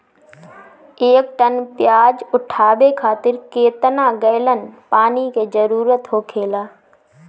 एक टन प्याज उठावे खातिर केतना गैलन पानी के जरूरत होखेला?